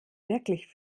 wirklich